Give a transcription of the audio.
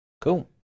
Cool